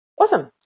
awesome